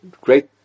Great